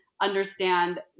understand